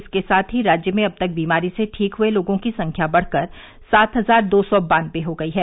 इसके साथ ही राज्य में अब तक बीमारी से ठीक हुए लोगों की संख्या बढ़कर सात हजार दो सौ बानवे हो गयी है